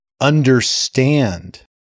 understand